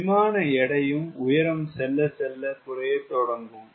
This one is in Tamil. விமான எடையும் உயரம் செல்ல செல்ல குறைய தொடங்கும்